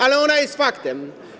Ale ona jest faktem.